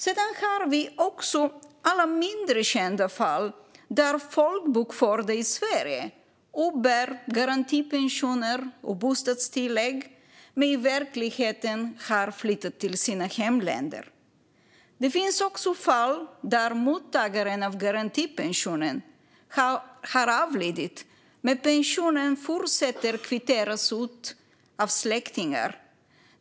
Vi har också alla mindre kända fall där folkbokförda i Sverige uppbär garantipensioner och bostadstillägg men i verkligheten har flyttat till sina hemländer. Det finns också fall där mottagaren av garantipensionen har avlidit, men pensionen fortsätter att kvitteras ut av släktingar.